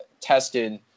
tested